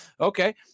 Okay